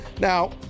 Now